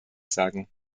sagen